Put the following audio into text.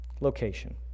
Location